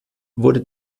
wurde